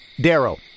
Darrow